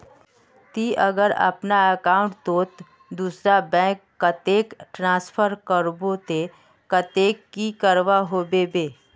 ती अगर अपना अकाउंट तोत दूसरा बैंक कतेक ट्रांसफर करबो ते कतेक की करवा होबे बे?